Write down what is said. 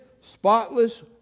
spotless